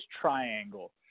triangle